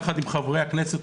יחד עם חברי הכנסת,